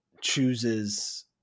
chooses